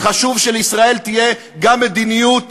חשוב שלישראל תהיה גם מדיניות